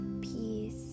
peace